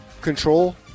control